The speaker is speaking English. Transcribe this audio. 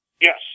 Yes